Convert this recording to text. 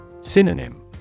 Synonym